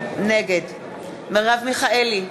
נגד מרב מיכאלי,